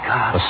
God